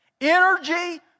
energy